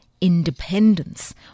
independence